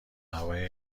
هوای